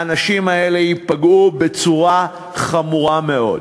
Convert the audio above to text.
האנשים האלה ייפגעו בצורה חמורה מאוד.